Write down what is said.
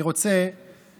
אני רוצה